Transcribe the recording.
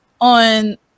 on